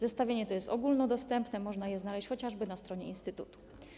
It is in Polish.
Zestawienie to jest ogólnodostępne, można je znaleźć chociażby na stronie instytutu.